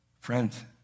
Friends